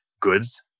goods